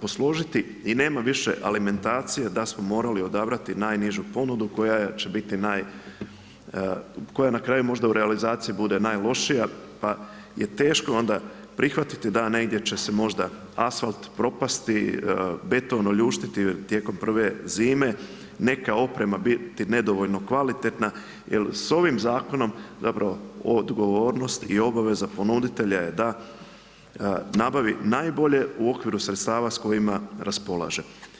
posložiti i nema više alimentacije da smo morali odabrati najnižu ponudu koja na kraju možda u realizaciji bude najlošija pa je teško onda prihvatiti da negdje će se možda asfalt propasti, beton oljuštiti tijekom prve zime, neka oprema biti nedovoljno kvalitetna jer s ovim zakonom zapravo odgovornost i obaveza ponuditelja je da nabavi najbolje u okviru sredstava s kojima raspolaže.